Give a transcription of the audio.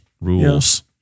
rules